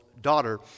daughter